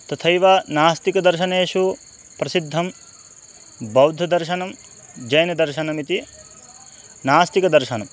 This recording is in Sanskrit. तथैव नास्तिकदर्शनेषु प्रसिद्धं बौद्धदर्शनं जैनदर्शनमिति नास्तिकदर्शनं